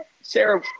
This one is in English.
Sarah